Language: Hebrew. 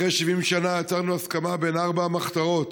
אחרי 70 שנה יצרנו הסכמה בין ארבע המחתרות: